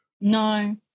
No